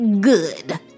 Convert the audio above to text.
good